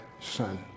son